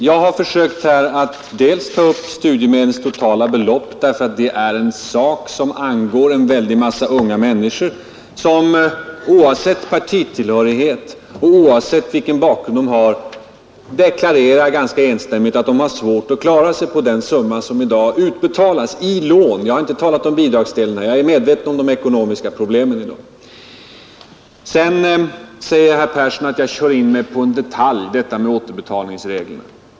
Jag har försökt att här diskutera studiemedlens totala belopp därför att det är en sak som angår en väldig massa unga människor, som oavsett partitillhörighet och oavsett vilken bakgrund de har ganska enstämmigt deklarerar att de har svårt att klara sig på den summa som i dag utbetalas i lån — jag har inte talat om bidragsreglerna, jag är medveten om de ekonomiska problemen med dem. Herr Persson säger också att jag kör in mig på en detalj, detta med återbetalningsreglerna.